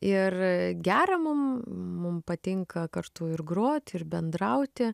ir gera mum mum patinka kartu ir groti ir bendrauti